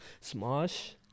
Smosh